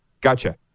Gotcha